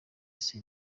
ese